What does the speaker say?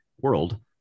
world